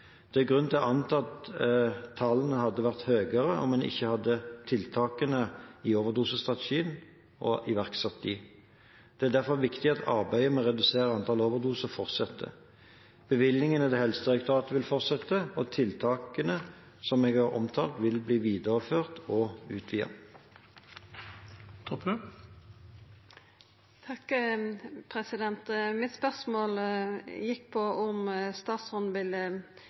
Det er grunn til å anta at tallene hadde vært høyere om ikke tiltakene i overdosestrategien hadde vært iverksatt. Det er derfor viktig at arbeidet med å redusere antallet overdoser fortsetter. Bevilgningene til Helsedirektoratet vil fortsette, og tiltakene som jeg har omtalt, vil bli videreført og utvidet. Spørsmålet mitt gjekk på om statsråden ville føra vidare den overdosestrategien som går ut i 2017. Slik eg forstår svaret, vil